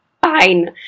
fine